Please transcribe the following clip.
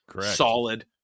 solid